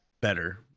better